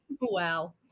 Wow